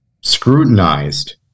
scrutinized